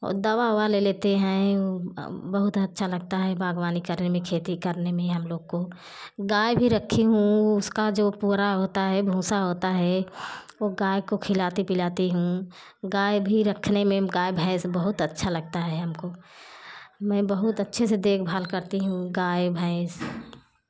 ओर दवा ले लेते हैं बहुत अच्छा लगता है बागवानी करने में खेती करने में हम लोग को गाय भी रखी हूँ उसका जो पूरा होता है भूसा होता है वो गाय को खिलाते पिलाती हूँ गाय भी रखने में गाय भैस बहुत अच्छा लगता है हमको मैं बहुत अच्छे से देखभाल करती हूँ गाय भैस